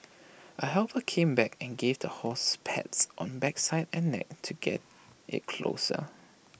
A helper came back and gave the horse pats on backside and neck to get IT closer